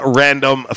random